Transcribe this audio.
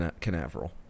Canaveral